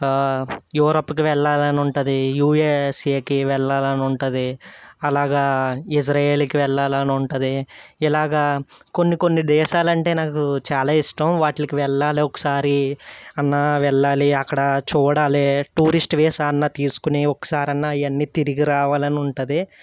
యూరప్కి వెళ్ళాలని ఉంటుంది యుఏఎస్ఏకి వెళ్ళాలని ఉంటుంది అలాగా ఇజ్రాయేల్కి వెళ్ళాలని ఉంటుంది ఇలాగా కొన్ని కొన్ని దేశాలు అంటే నాకు చాలా ఇష్టం వాటికి వెళ్ళాలి ఒకసారి అయినా వెళ్ళాలి అక్కడ చూడాలి టూరిస్ట్ వీసా అయినా తీసుకొని ఒక్కసారైనా ఆయనని తిరిగి రావాలని ఉంటుంది